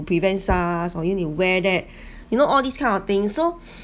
prevent SARS or you need to wear that you know all these kind of thing so